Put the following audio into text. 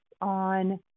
on